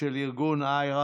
של ארגון IHRA